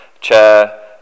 chair